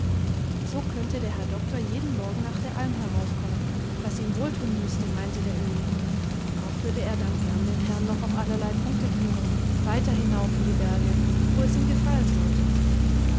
so könnte der herr doktor jeden morgen nach der alm heraufkommen was ihm wohltun müßte meinte der öhi auch würde er dann gern den herrn noch auf allerlei punkte führen weiter hinauf in die berge wo es ihm gefallen sollte